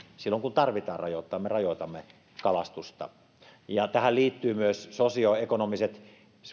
silloin kun tarvitaan rajoittamista me rajoitamme kalastusta tähän liittyvät myös sosioekonomiset